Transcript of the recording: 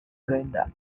brenda